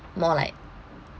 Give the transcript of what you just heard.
more like